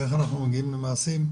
איך אנחנו מגיעים למעשים?